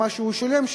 מה שהוא שילם,